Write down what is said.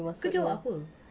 kau jawab apa